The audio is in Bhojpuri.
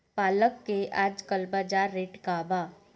पालक के आजकल बजार रेट का बा?